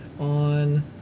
on